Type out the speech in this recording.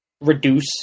reduce